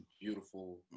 beautiful